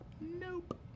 Nope